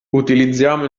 utilizziamo